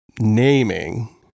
naming